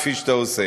כפי שאתה עושה.